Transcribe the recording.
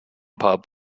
pub